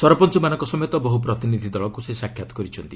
ସରପଞ୍ଚମାନଙ୍କ ସମେତ ବହୁ ପ୍ରତିନିଧି ଦଳକୁ ସେ ସାକ୍ଷାତ କରିଛନ୍ତି